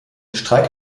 streik